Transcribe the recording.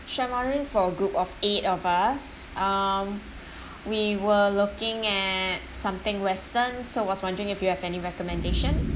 so I'm ordering for a group of eight of us uh we were looking at something western so was wondering if you have any recommendation